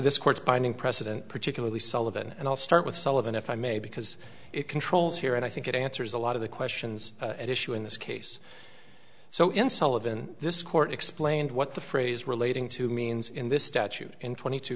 court's binding precedent particularly sullivan and i'll start with sullivan if i may because it controls here and i think it answers a lot of the questions at issue in this case so insolvent this court explained what the phrase relating to means in this statute in twenty two